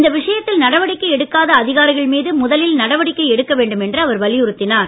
இந்த விஷயத்தில் நடவடிக்கை எடுக்காத அதிகாரிகள் முதலில் நடவடிக்கை எடுக்க வேண்டும் என்று அவர் மீது வலியுறுத்தினார்